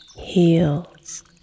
heals